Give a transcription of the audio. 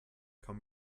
kann